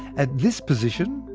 at this position,